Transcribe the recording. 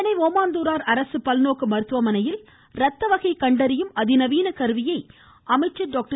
சென்னை ஓமாந்தூரார் அரசு பல்நோக்கு மருத்துவமனையில் ரத்த வகை கண்டறியும் அதிநவீன கருவியை அமைச்சர் டாக்டர்